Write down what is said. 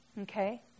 Okay